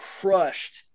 crushed